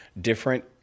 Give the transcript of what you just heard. different